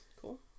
Cool